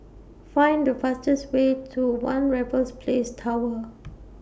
Find The fastest Way to one Raffles Place Tower